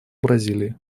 бразилии